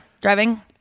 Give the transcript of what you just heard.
driving